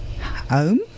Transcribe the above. home